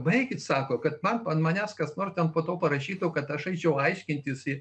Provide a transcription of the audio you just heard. baikit sako kad man ant manęs kas nors ten po to parašytų kad aš eičiau aiškintis į